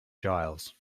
giles